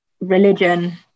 religion